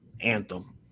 anthem